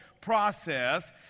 process